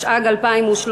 התשע"ג 2013,